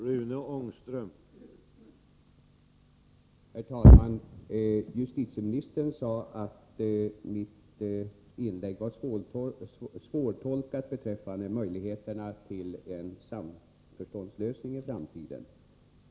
Herr talman! Justitieministern sade att mitt inlägg var svårtolkat beträffande möjligheterna till en samförståndslösning i framtiden.